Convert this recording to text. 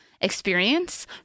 experience